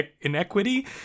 inequity